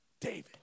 David